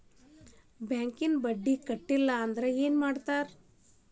ಬ್ಯಾಂಕಿನ ಬಡ್ಡಿ ಕಟ್ಟಲಿಲ್ಲ ಅಂದ್ರೆ ಏನ್ ಮಾಡ್ತಾರ?